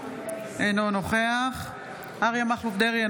אינו נוכח אריה מכלוף דרעי,